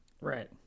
Right